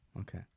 Okay